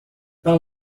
par